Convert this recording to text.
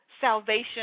salvation